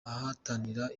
ahatanira